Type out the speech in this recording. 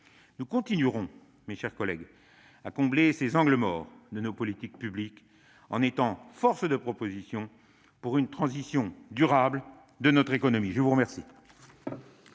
Nous continuerons à combler ces angles morts de nos politiques publiques, en étant force de proposition pour une transition durable de notre économie. La parole